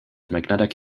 magnetic